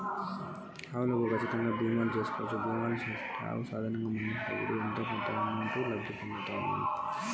నాకు ఆవులు ఉన్నాయి వాటికి బీమా చెయ్యవచ్చా? బీమా చేస్తే దాని వల్ల ఎటువంటి ప్రయోజనాలు ఉన్నాయి?